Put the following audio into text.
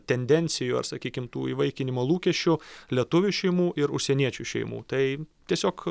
tendencijos sakykim tų įvaikinimo lūkesčių lietuvių šeimų ir užsieniečių šeimų tai tiesiog